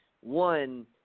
One